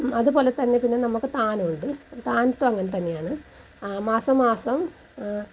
അതുപോലെ തന്നെ പിന്നെ നമുക്ക് താനോണ്ട് താനത്തും അങ്ങനെ തന്നെയാണ് മാസം മാസം